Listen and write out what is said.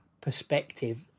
perspective